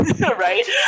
right